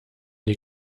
die